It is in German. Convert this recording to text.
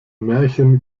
märchen